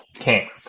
Okay